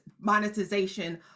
monetization